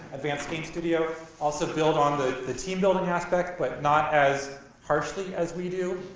advanced game studio, also built on the the team building aspect but not as harshly as we do.